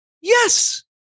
Yes